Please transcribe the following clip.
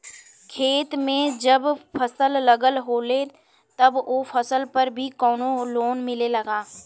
खेत में जब फसल लगल होले तब ओ फसल पर भी कौनो लोन मिलेला का?